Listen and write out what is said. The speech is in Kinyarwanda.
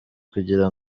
kugira